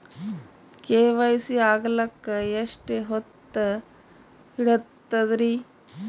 KYC ಆಗಲಕ್ಕ ಎಷ್ಟ ಹೊತ್ತ ಹಿಡತದ್ರಿ?